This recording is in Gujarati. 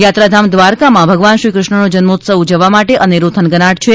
યાત્રાધામ દ્વારકામાં ભગવાન શ્રીકૃષ્ણનો જન્મોત્સવ ઉજવવા માટે અનેરો થનગનાટ છે